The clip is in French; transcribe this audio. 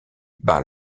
bas